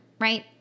right